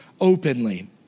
openly